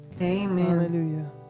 Amen